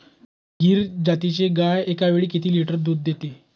गीर जातीची गाय एकावेळी किती लिटर दूध देते?